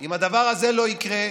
אם הדבר הזה לא יקרה,